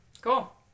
Cool